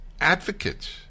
advocates